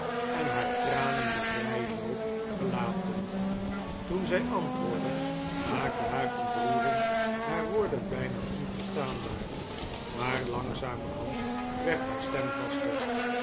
en haar tranen den vrijen loop gelaten toen zij antwoordde maakte haar ontroering haar woorden bijna onverstaanbaar maar langzamerhand werd haar stem vaster